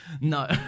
No